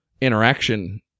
interaction